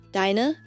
Deine